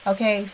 Okay